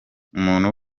umuntu